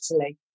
Italy